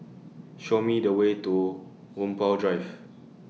Show Me The Way to Whampoa Drive